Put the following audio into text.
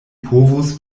povus